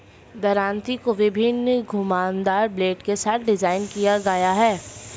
दरांती को विभिन्न घुमावदार ब्लेड के साथ डिज़ाइन किया गया है